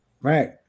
Right